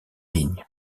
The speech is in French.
lignes